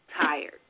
tired